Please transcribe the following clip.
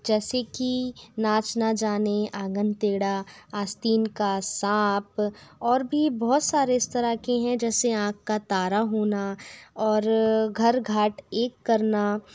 जैसे कि नाच न जाने आँगन टेड़ा आस्तीन का साँप और भी बहुत सारे इस तरह के हैं जैसे आँख का तारा होना और घर घाट एक करना